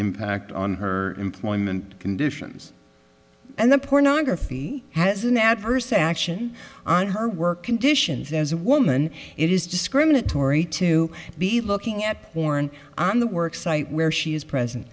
impact on her employment conditions and the pornography has an adverse action on her work conditions as a woman it is discriminatory to be looking at porn on the work site where she is present